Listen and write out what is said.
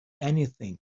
anything